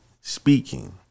speaking